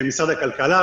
משרד הכלכלה,